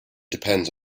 depends